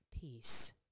peace